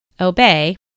obey